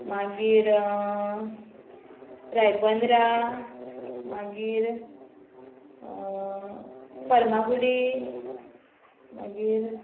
मागीर रायबंद्रा मागीर फर्मागुडी मागीर